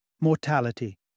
mortality